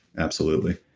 absolutely.